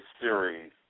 series